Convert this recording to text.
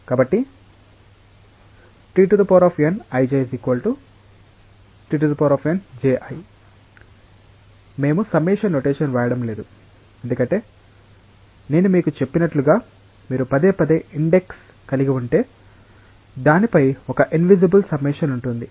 కాబట్టి Tijn τnji మేము summation notation వ్రాయడం లేదు ఎందుకంటే నేను మీకు చెప్పినట్లుగా మీరు పదేపదే ఇండెక్స్ కలిగి ఉంటే దానిపై ఒక ఇన్విజిబుల్ సమ్మేషన్ ఉంటుంది